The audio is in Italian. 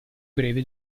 breve